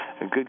good